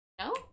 No